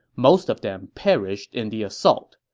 most of them perished in the assault.